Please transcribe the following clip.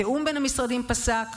התיאום בין המשרדים פסק,